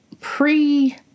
pre